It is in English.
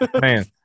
man